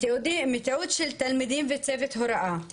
מתיעוד של תלמידים וצוות הוראה,